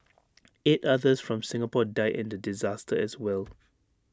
eight others from Singapore died in the disaster as well